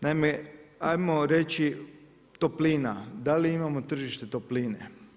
Naime ajmo reći toplina, da li imamo tržište topline.